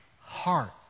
heart